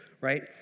right